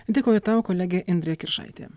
dėkoju tau kolegė indrė kiršaitė